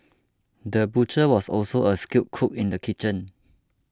the butcher was also a skilled cook in the kitchen